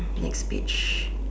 next page